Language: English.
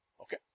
Okay